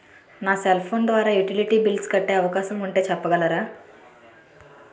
నా cell phone ద్వారా utility bills కట్టే అవకాశం ఉంటే చెప్పగలరా?